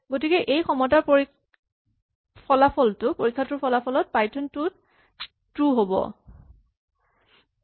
গতিকে এই সমতাৰ পৰীক্ষাটোৰ ফলাফল পাইথন টু ত ট্ৰো হ'ব